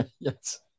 Yes